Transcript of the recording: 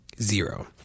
Zero